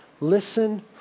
listen